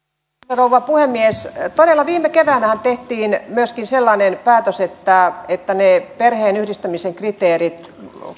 rouva puhemies todella viime keväänähän tehtiin myöskin sellainen päätös että ne perheenyhdistämisen kriteerit